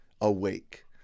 awake